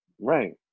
Right